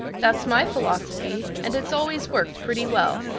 that's my philosophy and it's always worked pretty well.